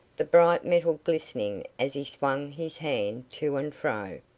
the bright metal glistening as he swung his hand to and fro.